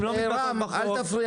הן לא מוטמעות בהצעת החוק.